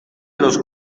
los